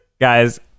Guys